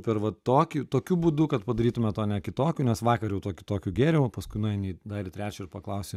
per va tokį tokiu būdu kad padarytumėt o ne kitokiu nes vakar jau tokį tokiu geriau o paskui nueini į dar trečią ir paklausi